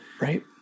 Right